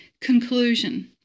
Conclusion